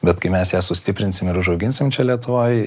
bet kai mes ją sustiprinsim ir užauginsim čia lietuvoje